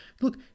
Look